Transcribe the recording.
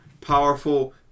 powerful